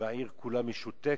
והעיר כולה משותקת.